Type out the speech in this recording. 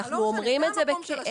אנחנו אומרים את זה בכאב.